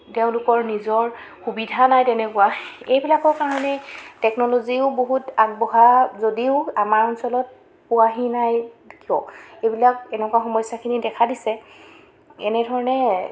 তেওঁলোকৰ নিজৰ সুবিধা নাই তেনেকুৱা এইবিলাকৰ কাৰণে টেকনলজিও বহুত আগবঢ়া যদিও আমাৰ অঞ্চলত পোৱাহি নাই কিয় এইবিলাক এনেকুৱা সমস্যাখিনি দেখা দিছে এনেধৰণে